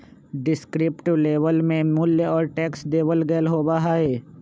descriptive label में मूल्य और टैक्स देवल गयल होबा हई